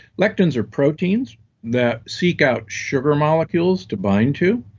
lectins are proteins that seek out sugar molecules to bind to,